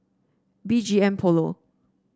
B G M Polo